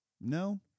No